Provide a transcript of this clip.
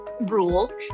rules